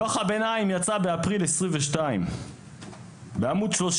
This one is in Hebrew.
דו"ח הביניים יצא באפריל 2022. בעמוד 32